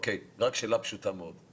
יש לי רק שאלה פשוטה מאוד.